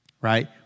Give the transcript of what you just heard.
Right